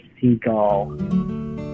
Seagull